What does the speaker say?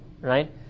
Right